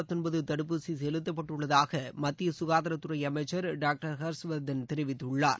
சதவீததிற்கும் தடுப்பூசிசெலுத்தப்பட்டுள்ளதாகமத்தியசுகாதாரத்துறைஅமைச்சர் டாக்டர் ஹர்ஷ்வர்தன் தெரிவித்துள்ளா்